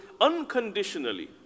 unconditionally